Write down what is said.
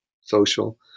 social